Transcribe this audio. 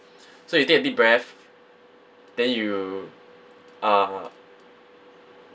so you take a deep breath then you uh